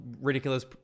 ridiculous